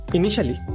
initially